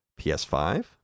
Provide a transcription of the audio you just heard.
PS5